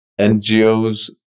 NGOs